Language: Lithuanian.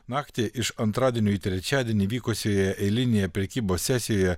naktį iš antradienio į trečiadienį vykusioje eilinėje prekybos sesijoje